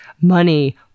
money